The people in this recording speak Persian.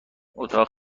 اتاق